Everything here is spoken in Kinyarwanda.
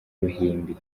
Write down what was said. ruhimbi